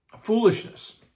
foolishness